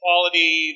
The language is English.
quality